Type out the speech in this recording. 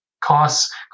costs